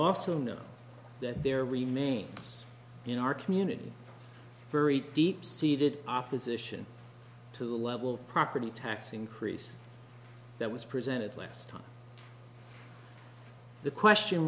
also know that there remains in our community very deep seated opposition to the level of property tax increase that was presented last time the question